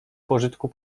pożytku